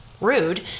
rude